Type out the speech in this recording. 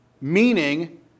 meaning